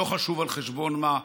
לא חשוב על חשבון מה,